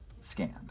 scanned